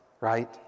right